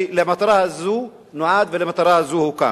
שלמטרה הזאת נועד ולמטרה הזאת הוקם.